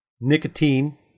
nicotine